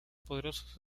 poderosos